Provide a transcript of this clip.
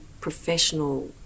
professional